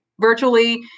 virtually